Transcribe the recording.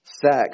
Sex